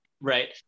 right